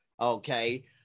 okay